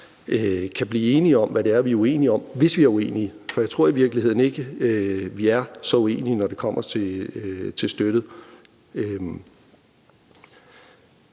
kan blive enige om det, vi er uenige om, hvis vi er uenige – for jeg tror i virkeligheden ikke, vi er så uenige, når det kommer til stykket.